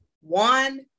one